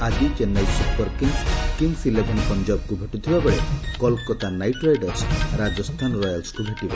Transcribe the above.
ଆଜି Chennai super kings kings eleven ପଞ୍ଜାବକୁ ଭେଟୁଥିବାବେଳେ କଲକାତା ନାଇଟ୍ ରାଇଡର୍ସ ରାଜସ୍ଥାନ ରୟାଲ୍ସକୁ ଭେଟିବ